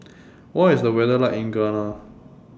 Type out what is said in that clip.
What IS The weather like in Ghana